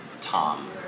tom